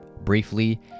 briefly